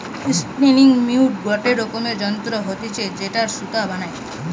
spinning mule গটে রকমের যন্ত্র হতিছে যেটায় সুতা বানায়